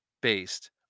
based